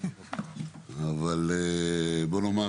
בוא נאמר